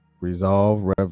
resolve